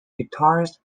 guitarist